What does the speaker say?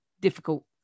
difficult